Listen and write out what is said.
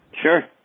Sure